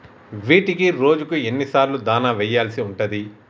వీటికి రోజుకు ఎన్ని సార్లు దాణా వెయ్యాల్సి ఉంటది?